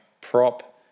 prop